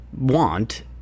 want